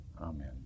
Amen